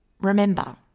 remember